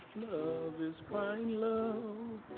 love is crying low